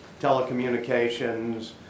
telecommunications